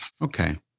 Okay